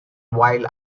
while